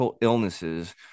illnesses